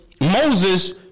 Moses